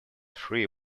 three